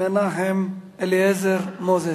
מנחם אליעזר מוזס.